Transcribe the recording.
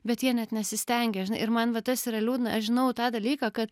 bet jie net nesistengė žinai ir man va tas yra liūdna aš žinau tą dalyką kad